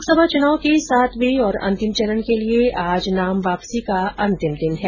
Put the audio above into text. लोकसभा चुनाव के सातवें और अंतिम चरण के लिए आज नाम वापसी का अंतिम दिन है